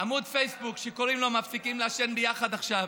עמוד פייסבוק שקוראים לו "מפסיקים לעשן ביחד עכשיו".